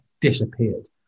disappeared